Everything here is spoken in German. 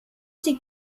sie